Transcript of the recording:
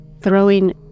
throwing